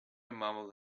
mumbled